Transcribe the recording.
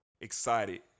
excited